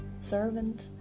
servant